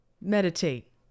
Meditate